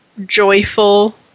joyful